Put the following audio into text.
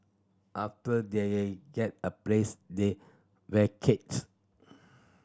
after they get a place they vacate